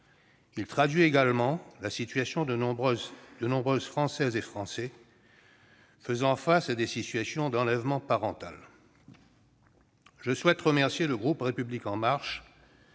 Il traduit aussi la situation de nombreuses Françaises et de nombreux Français faisant face à des situations d'enlèvement parental. Je souhaite remercier le groupe La République En Marche